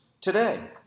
today